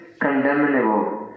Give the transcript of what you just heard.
condemnable